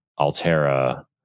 Altera